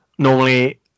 normally